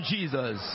Jesus